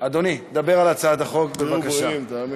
אדוני, דבר על הצעת החוק, בבקשה.